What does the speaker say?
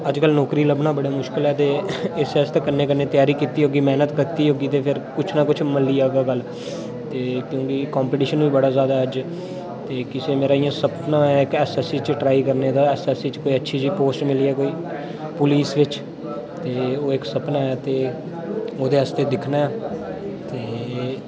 अज्ज्कल नौकरी लब्भना बड़ा मुश्कल ऐ ते इस आस्तै कन्नै कन्नै त्यारी कीती होगी मेह्नत कीती होगी ते फिर कुछ न कुछ मिली जाह्गा कल ते क्योंकि कम्पटीशन बी बड़ा ज्यादा अज्ज ते किश मेरा इयां सपना ऐ के एसएससी च ट्राई करने दा एसएससी च कोई अच्छी जेई पोस्ट मिली जा कोई पुलिस बिच्च ते ओह् इक सपना ऐ ते ओह्दे आस्तै दिक्खने आं ते